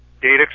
data